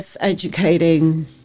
educating